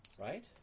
Right